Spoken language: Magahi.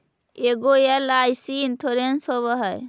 ऐगो एल.आई.सी इंश्योरेंस होव है?